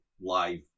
live